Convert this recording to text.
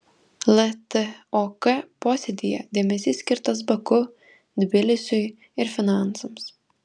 ltok posėdyje dėmesys skirtas baku tbilisiui ir finansams